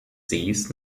sees